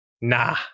nah